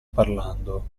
parlando